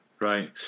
Right